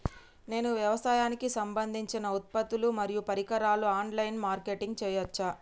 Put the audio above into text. నేను వ్యవసాయానికి సంబంధించిన ఉత్పత్తులు మరియు పరికరాలు ఆన్ లైన్ మార్కెటింగ్ చేయచ్చా?